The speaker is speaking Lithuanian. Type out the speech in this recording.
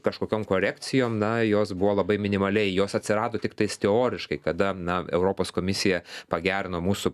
kažkokiom korekcijom na jos buvo labai minimaliai jos atsirado tiktais teoriškai kada na europos komisija pagerino mūsų